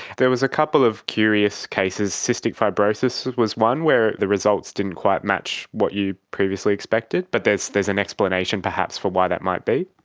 there was a couple of curious cases, cystic fibrosis was one, where the results didn't quite match what you previously expected, but there's there's an explanation perhaps for why that might be?